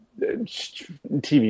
TV